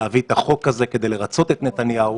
וזה כדי לרצות את נתניהו,